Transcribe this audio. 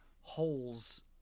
holes